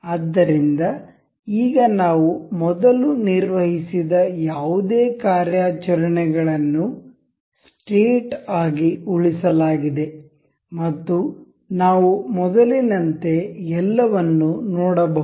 ಆದ್ದರಿಂದ ಈಗ ನಾವು ಮೊದಲು ನಿರ್ವಹಿಸಿದ ಯಾವುದೇ ಕಾರ್ಯಾಚರಣೆಗಳನ್ನು ಸ್ಟೇಟ್ ಆಗಿ ಉಳಿಸಲಾಗಿದೆ ಮತ್ತು ನಾವು ಮೊದಲಿನಂತೆ ಎಲ್ಲವನ್ನೂ ನೋಡಬಹುದು